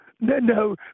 no